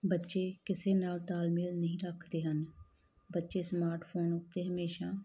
ਬੱਚੇ ਕਿਸੇ ਨਾਲ ਤਾਲਮੇਲ ਨਹੀਂ ਰੱਖਦੇ ਹਨ ਬੱਚੇ ਸਮਾਰਟਫੋਨ ਉੱਤੇ ਹਮੇਸ਼ਾ